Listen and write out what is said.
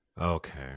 Okay